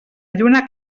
lluna